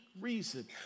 Reason